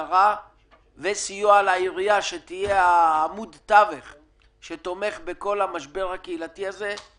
וסיוע לעירייה שתהיה עמוד התווך של המשבר הקהילתי הזה.